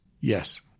yes